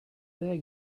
they